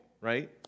Right